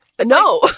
no